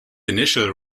initial